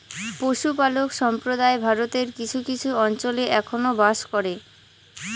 পশুপালক সম্প্রদায় ভারতের কিছু কিছু অঞ্চলে এখনো বাস করে